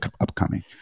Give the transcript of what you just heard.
upcoming